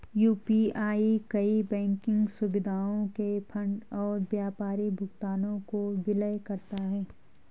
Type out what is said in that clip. UPI कई banking सुविधाओं के फंड और व्यापारी भुगतानों को विलय करता है